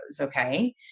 okay